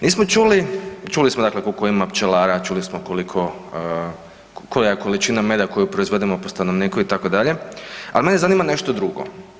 Nismo čuli, čuli smo dakle koliko ima pčelara, čuli smo koliko, koja je količina meda koju proizvedemo po stanovniku, itd., ali mene zanima nešto drugo.